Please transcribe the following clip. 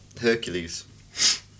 Hercules